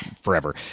forever